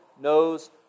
knows